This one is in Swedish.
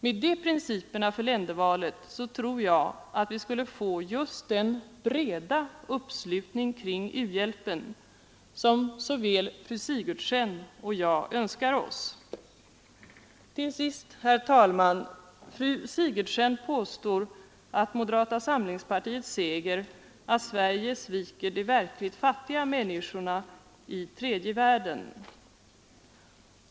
Med de principerna för ländervalet tror jag att vi skulle få den breda uppslutning kring u-hjälpen som såväl fru Sigurdsen som jag önskar. Fru Sigurdsen påstår att moderata samlingspartiet säger att Sverige sviker de verkligt fattiga människorna i tredje världen.